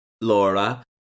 Laura